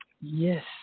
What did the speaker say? Yes